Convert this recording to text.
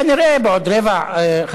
כנראה בעוד רבע שעה,